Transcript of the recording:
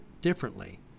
differently